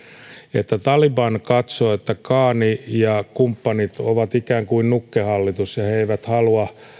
että taliban katsoo että ghani ja kumppanit ovat ikään kuin nukkehallitus ja ja he eivät halua